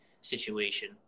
situation